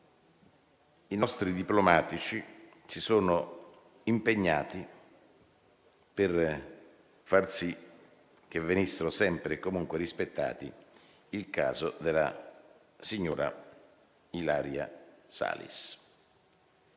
i nostri diplomatici si sono impegnati per far sì che venisse sempre e comunque rispettato il caso della signora Ilaria Salis.